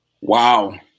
Wow